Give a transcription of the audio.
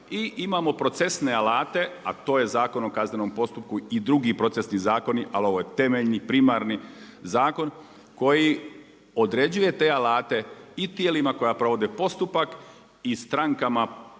i imamo procesne alate a to je Zakon o kaznenom postupku i drugi procesni zakoni ali ovo je temeljni, primarni zakon koji određuje te alate i tijelima koja provode postupak i strankama, dakle